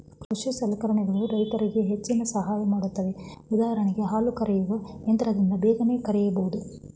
ಕೃಷಿ ಸಲಕರಣೆಗಳು ರೈತರಿಗೆ ಹೆಚ್ಚಿನ ಸಹಾಯ ಮಾಡುತ್ವೆ ಉದಾಹರಣೆಗೆ ಹಾಲು ಕರೆಯುವ ಯಂತ್ರದಿಂದ ಬೇಗನೆ ಕರೆಯಬೋದು